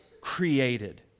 created